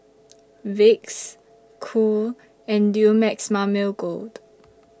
Vicks Cool and Dumex Mamil Gold